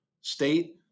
state